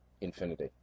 infinity